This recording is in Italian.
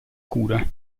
cura